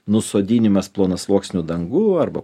nusodinimas plonasluoksnių dangų arba